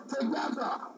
together